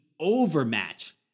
overmatch